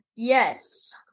Yes